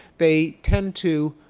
they tend to